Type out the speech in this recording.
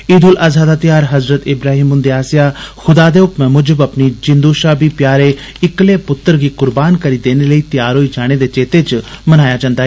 ईद उल अजहा दा ध्यार हजरत इब्राहिम हुन्दे आस्सेआ खुदा दे हुक्मै मुजब अपने जिंदू षा बी प्यारे इक्कले पुत्तर गी कुर्बानी करने लेई तयार होई जाने दे चेत्ते च मनाया जंदा ऐ